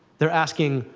they're asking,